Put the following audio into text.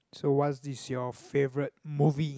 so what is your favourite movie